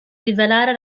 rivelare